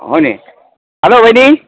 हो नि हेलो बहिनी